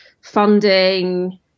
funding